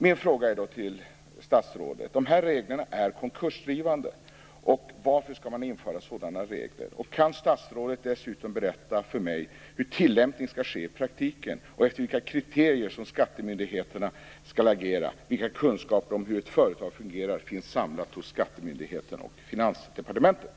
Min fråga till statsrådet är då: De här reglerna är konkursdrivande, och varför skall man införa sådana regler? Kan statsrådet dessutom berätta för mig hur tillämpningen skall ske i praktiken och efter vilka kriterier skattemyndigheterna skall agera? Vilka kunskaper om hur ett företag fungerar finns samlade hos skattemyndigheterna och Finansdepartementet?